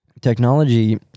Technology